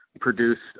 produced